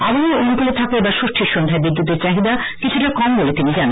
আবহাওয়া অনুকূলে থাকায় এবার ষষ্ঠীর সন্ধ্যায় বিদ্যুতের চাহিদা কিছুটা কম বলে তিনি জানান